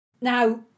Now